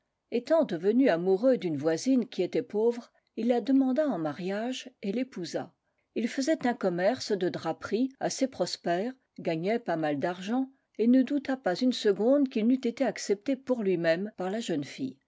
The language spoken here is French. etant devenu amoureux d'une voisine qui était pauvre il la demanda en mariage et l'épousa ii faisait un commerce de draperie assez prospère gagnait pas mal d'argent et ne douta pas une seconde qu'il n'eût été accepté pour lui-même par la jeune fille